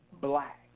black